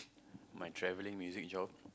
my travelling music job